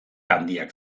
handiak